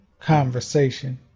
conversation